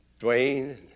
Dwayne